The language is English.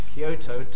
Kyoto